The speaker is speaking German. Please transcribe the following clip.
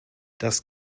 das